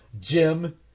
Jim